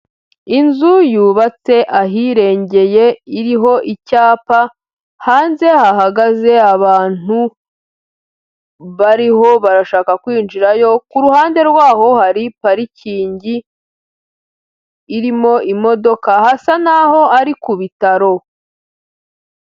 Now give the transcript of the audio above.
Inzu yubatse ahirengeye iriho icyapa, hanze hahagaze abantu bariho barashaka kwinjirayo, ku ruhande rwaho hari parikingi irimo imodoka hasa naho ari ku bitaro.